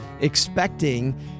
expecting